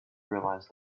realized